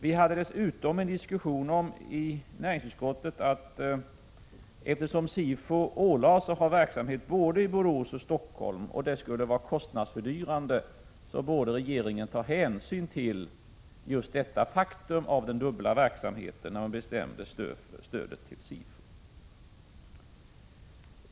Vi förde dessutom en diskussion i näringsutskottet om att regeringen, när man fattade beslut om stöd till SIFU, borde ta hänsyn till det faktum att det skulle bli kostnadsfördyrande med dubbla verksamheter; SIFU ålades ju att bedriva verksamhet både i Borås och i Stockholm.